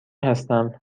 هستم